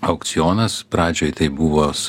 aukcionas pradžioj tai buvo